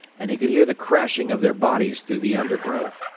and he could hear the crashing of their bodies through the undergrowth,